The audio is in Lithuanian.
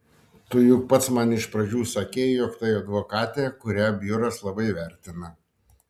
tu juk pats man iš pradžių sakei jog tai advokatė kurią biuras labai vertina